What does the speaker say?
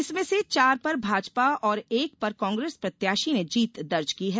इसमें से चार पर भाजपा और एक पर कांग्रेस प्रत्याशी ने जीत दर्ज की है